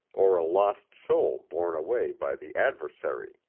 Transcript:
or a lost soul borne away by the adversary.